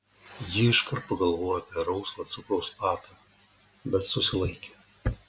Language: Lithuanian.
ji iškart pagalvojo apie rausvą cukraus vatą bet susilaikė